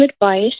advice